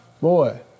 Boy